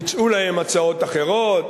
הוצעו להם הצעות אחרות,